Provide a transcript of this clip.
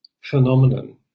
phenomenon